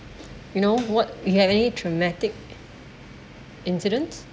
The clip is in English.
you know what you had any traumatic incident